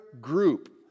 group